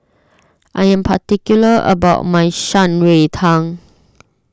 I am particular about my Shan Rui Tang